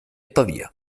pavia